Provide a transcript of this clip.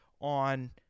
on